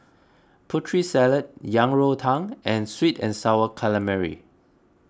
Putri Salad Yang Rou Tang and Sweet and Sour Calamari